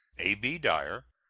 a b. dyer,